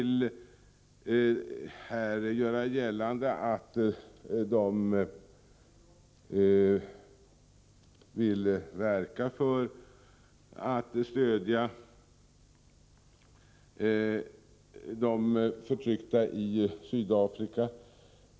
Moderaterna gör gällande att de vill arbeta för att man stöder de förtryckta i Sydafrika.